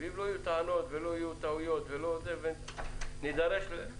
ואם לא יהיו טענות נידרש לזה שוב.